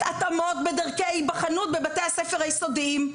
התאמות בדרכי היבחנות בבתי הספר היסודיים.